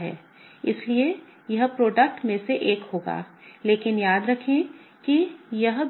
इसलिए यह उत्पादों में से एक होगा लेकिन याद रखें कि यह